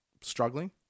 struggling